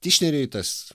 tišneriui tas